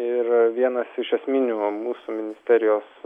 ir vienas iš esminių mūsų ministerijos